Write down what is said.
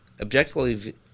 objectively